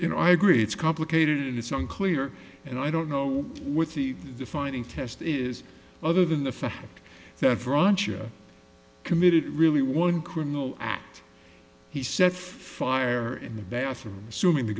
you know i agree it's complicated and it's unclear and i don't know with the defining test is other than the fact that francia committed really one criminal act he set fire in the bathrooms assuming the